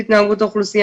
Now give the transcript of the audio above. האוכלוסייה,